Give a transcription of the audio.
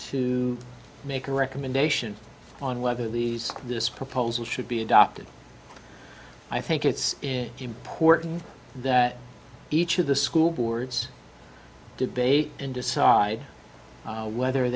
to make a recommendation on whether these this proposal should be adopted i think it's important that each of the school boards debate and decide whether